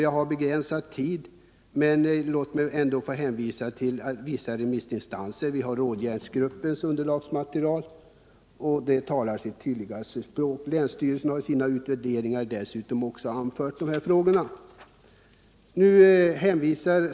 Jag har begränsad tid, men låt mig ändå få hänvisa till vissa remissinstanser. Råjärnsbrottens underlagsmaterial talar sitt tydliga språk. Länsstyrelsen har i sina utvärderingar dessutom tagit upp de här frågorna.